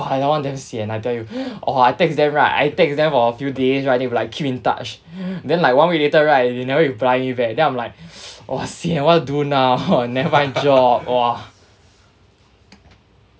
!whoa! that [one] damn sian I tell you !wah! I text them right I text them for a few days right they be like keep in touch then like one week later right they never reply me back then im like !wah! sian what to do now I never find job !wah!